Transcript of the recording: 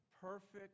Perfect